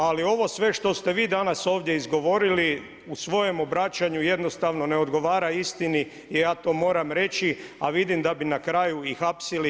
Ali ovo sve što ste vi danas ovdje izgovorili u svojem obraćanju jednostavno ne odgovara istini i ja to moram reći a vidim da bi nakraju i hapsili.